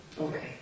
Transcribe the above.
Okay